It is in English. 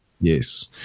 Yes